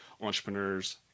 entrepreneurs